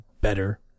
better